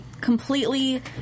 completely